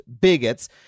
bigots